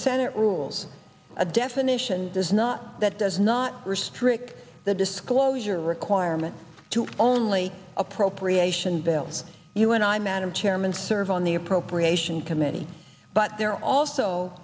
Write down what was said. senate rules a definition does not that does not restrict the disclosure requirement to only appropriation bills you and i man of chairman serve on the appropriations committee but there are also